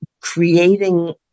creating